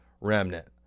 remnant